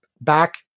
Back